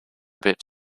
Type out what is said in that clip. bit